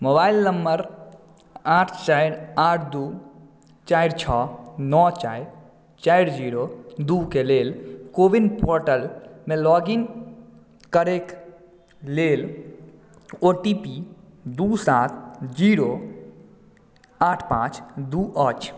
mobile number आठ चारि आठ दू चारि छओ नओ चारि चारि जीरो दू के लेल को विन पोर्टलमे लॉग इन करैक लेल ओ टी पी दू सात जीरो आठ पांच दू अछि